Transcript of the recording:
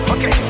Okay